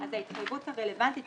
זה לא חייב להיות